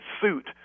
suit